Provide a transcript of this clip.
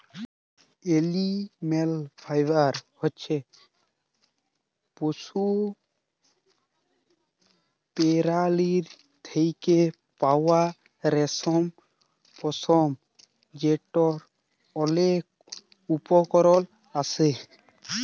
animal fibre হছে পশু পেরালীর থ্যাকে পাউয়া রেশম, পশম যেটর অলেক উপকরল আসে